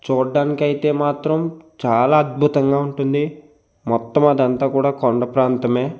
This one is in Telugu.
చూడడానికి అయితే మాత్రం చాలా అద్భుతంగా ఉంటుంది మొత్తం అదంతా కూడా కొండ ప్రాంతం